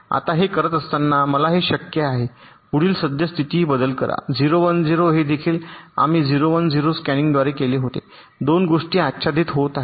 आता हे करत असताना मला हे शक्य आहे पुढील सद्य स्थितीतही बदल करा 0 1 0 हे देखील आम्ही 0 1 0 स्कॅनिंगद्वारे केले होते 2 गोष्टी आच्छादित होत आहेत